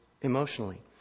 emotionally